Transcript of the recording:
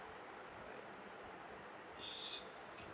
alright it's okay